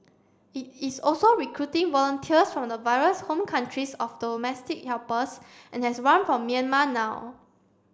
it is also recruiting volunteers from the various home countries of domestic helpers and has one from Myanmar now